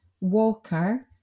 walker